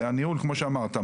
זה הניהול כמו שאמרת,